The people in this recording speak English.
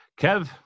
Kev